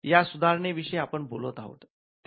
या सुधारणे विषयी आपण बोलत आहोत